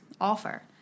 offer